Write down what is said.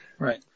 Right